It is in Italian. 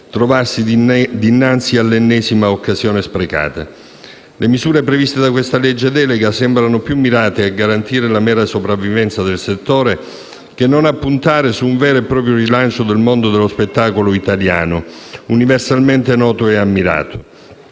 trovarsi dinanzi all'ennesima occasione sprecata. Le misure previste da questa legge delega sembrano più mirate a garantire la mera sopravvivenza del settore che non a puntare su un vero e proprio rilancio del mondo dello spettacolo italiano, universalmente noto e ammirato.